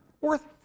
worth